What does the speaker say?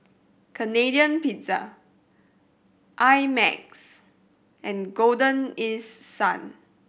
Canadian Pizza I Max and Golden East Sun